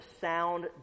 sound